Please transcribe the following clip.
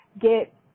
get